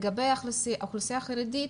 לגבי האוכלוסייה החרדית,